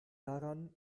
daran